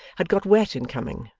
had got wet in coming,